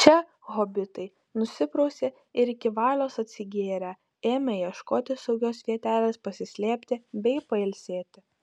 čia hobitai nusiprausė ir iki valios atsigėrę ėmė ieškotis saugios vietelės pasislėpti bei pailsėti